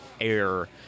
air